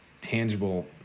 tangible